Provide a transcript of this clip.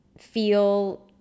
feel